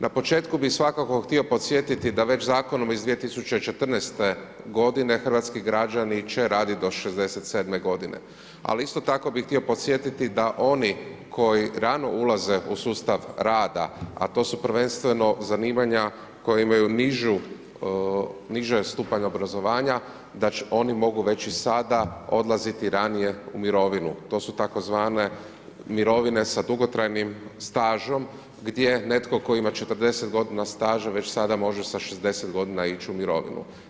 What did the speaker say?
Na početku bi svakako htio podsjetiti da već zakonom iz 2014. godine hrvatski građani će raditi do 67 godine ali isto tako bi htio podsjetiti da oni koji rano ulaze u sustav rada a to su prvenstveno zanimanja koja imaju niži stupanj obrazovanja da oni mogu već i sada odlaziti ranije u mirovinu, to su tzv. mirovine sa dugotrajnim stažem gdje netko tko ima 40 godina staža već sada može sa 60 godina ići u mirovinu.